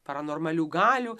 paranormalių galių